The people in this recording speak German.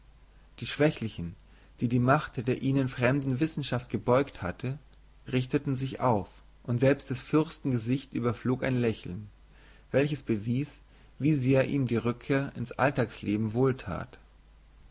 die schwächlichen die die macht der ihnen fremden wissenschaft gebeugt hatte richteten sich auf und selbst des fürsten gesicht überflog ein lächeln welches bewies wie sehr ihm die rückkehr ins alltagsleben